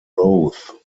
both